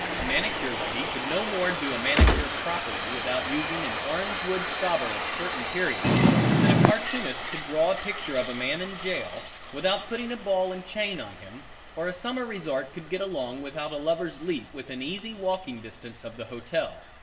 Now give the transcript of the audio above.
a manicure lady could no more do a manicure properly without using an orange wood stobber at certain periods than a cartoonist could draw a picture of a man in jail without putting a ball and chain on him or a summer resort could get along without a lover's leap within easy walking distance of the hotel.